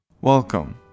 Welcome